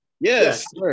Yes